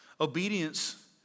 obedience